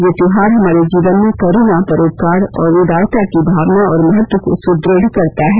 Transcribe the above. यह त्योहार हमारे जीवन में करूणा परोपकार और उदारता की भावना और महत्व को सुदृढ़ करता है